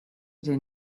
ere